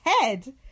head